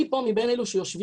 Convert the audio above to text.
מי פה מבין אלה שיושבים,